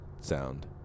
sound